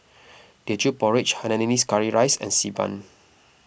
Teochew Porridge Hainanese Curry Rice and Xi Ban